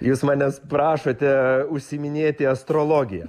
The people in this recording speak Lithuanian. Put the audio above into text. jūs manęs prašote užsiiminėti astrologija